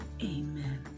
Amen